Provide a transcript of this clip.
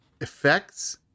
effects